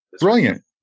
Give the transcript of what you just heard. Brilliant